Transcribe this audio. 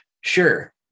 Sure